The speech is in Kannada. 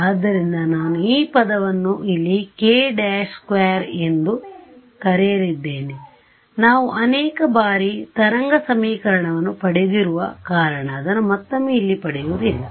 ಆದ್ದರಿಂದ ನಾನು ಈ ಪದವನ್ನು ಇಲ್ಲಿ k′2 ಎಂದು ಕರೆಯಲಿದ್ದೇನೆ ನಾವು ಅನೇಕ ಬಾರಿ ತರಂಗ ಸಮೀಕರಣವನ್ನು ಪಡೆದಿರುವ ಕಾರಣ ಅದನ್ನು ಮತ್ತೊಮ್ಮೆ ಇಲ್ಲಿ ಪಡೆಯುವುದಿಲ್ಲ